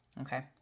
Okay